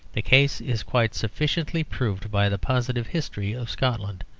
the case is quite sufficiently proved by the positive history of scotland.